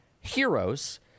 heroes